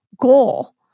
goal